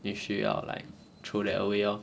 你需要 like throw that away orh